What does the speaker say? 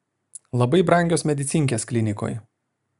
labai brangios medicinkės klinikoj